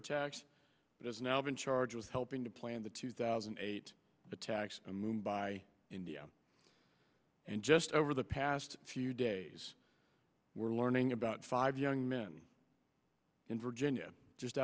attacks but has now been charged with helping to plan the two thousand and eight attacks the moon by india and just over the past few days we're learning about five young men in virginia just